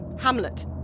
Hamlet